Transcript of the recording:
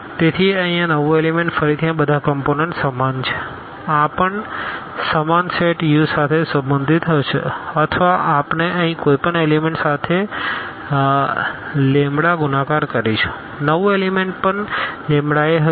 તેથી અહીં આ નવું એલીમેન્ટ ફરીથી બધા કમપોનન્ટ સમાન છે આ પણ સમાન સેટ Uસાથે સંબંધિત હશે અથવા આપણે અહીં કોઈપણ એલીમેન્ટ સાથે ગુણાકાર કરીશું નવું એલીમેન્ટ પણ λa હશે